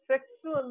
Sexual